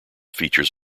features